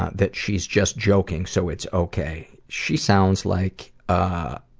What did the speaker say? that she's just joking, so it's ok. she sounds like ah